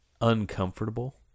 Uncomfortable